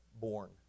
born